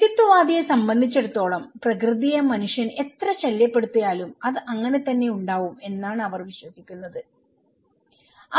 വ്യക്തിത്വവാദിയെ സംബന്ധിച്ചിടത്തോളം പ്രകൃതിയെ മനുഷ്യൻ എത്ര ശല്യപ്പെടുത്തിയാലും അത് അങ്ങനെ തന്നെ ഉണ്ടാവും എന്നാണ് അവർ വിശ്വസിക്കുന്നത്